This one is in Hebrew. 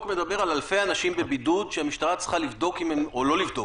מדבר על אלפי אנשים בבידוד שהמשטרה צריכה לבדוק או לא לבדוק,